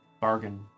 bargain